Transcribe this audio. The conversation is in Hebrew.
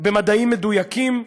במדעים מדויקים.